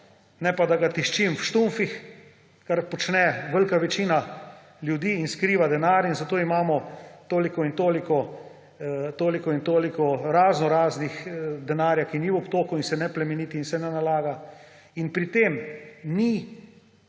ne pa da ga tiščim v štumfih, kar počne velika večina ljudi in skriva denar, in zato imamo toliko in toliko raznoraznega denarja, ki ni v obtoku in se ne plemeniti in se ne nalaga. Pri tem ni